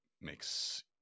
makes